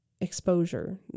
exposure